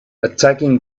attacking